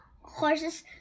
horses